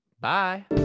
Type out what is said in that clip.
bye